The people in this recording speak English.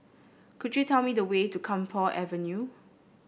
could you tell me the way to Camphor Avenue